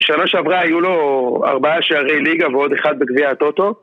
שנה שעברה היו לו ארבעה שערי ליגה ועוד אחד בגביע הטוטו